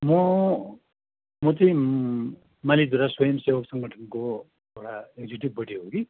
म म चाहिँ मैले ग्राम स्वयम् सेवक सङ्गठनको एउटा एक्जेक्युटिभ बोडी हो कि